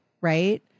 Right